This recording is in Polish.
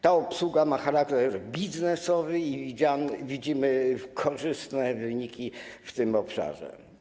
Ta obsługa ma charakter biznesowy i widzimy korzystne wyniki w tym obszarze.